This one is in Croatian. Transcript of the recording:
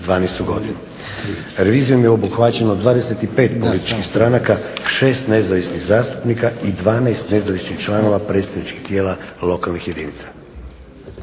2012. Godinu. Revizijom je obuhvaćeno 25 političkih stranaka, 6 nezavisnih zastupnika i 12 nezavisnih članova predstavničkih tijela lokalnih jedinica.